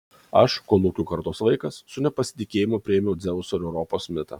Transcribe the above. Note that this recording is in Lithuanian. aš kolūkių kartos vaikas su nepasitikėjimu priėmiau dzeuso ir europos mitą